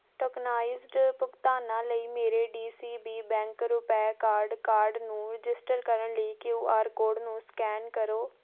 tokenized ਭੁਗਤਾਨਾਂ ਲਈ ਮੇਰੇ D C B bank RuPay card card ਨੂੰ ਰਜਿਸਟਰ ਕਰਨ ਲਈ ਕਿਊ ਆਰ ਕੋਡ ਨੂੰ ਸਕੈਨ ਕਰੋ